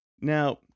Now